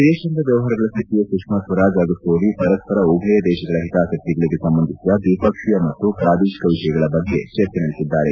ವಿದೇತಾಂಗ ವ್ಯವಹಾರಗಳ ಸಚಿವೆ ಸುಷ್ನಾ ಸ್ವರಾಜ್ ಹಾಗೂ ಸೋಲಿಹ್ ಪರಸ್ವರ ಉಭಯ ದೇಶಗಳ ಹಿತಾಸಕ್ತಿಗಳಿಗೆ ಸಂಬಂಧಿಸಿದ ದ್ವಿಪಕ್ಷೀಯ ಮತ್ತು ಪ್ರಾದೇಶಿಕ ವಿಷಯಗಳ ಬಗ್ಗೆ ಚರ್ಚೆ ನಡೆಸಿದ್ದಾರೆ